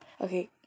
Okay